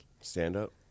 stand-up